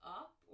up